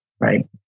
right